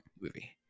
movie